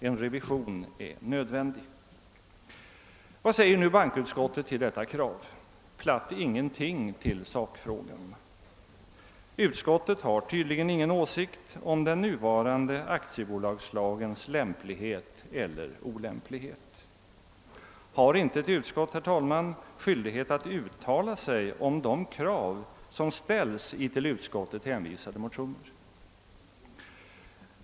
En revision är nödvändig. Vad säger nu bankoutskottet om detta krav? Platt intet i sakfrågan. Utskottet har tydligen ingen åsikt om den nuvarande aktiebolagslagens lämplighet eller olämplighet. Har inte ett utskott skyldighet, herr talman, att uttala sig om de krav som ställs i till utskottet hänvisade motioner?